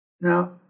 Now